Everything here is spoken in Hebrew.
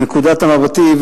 מנקודת מבטי,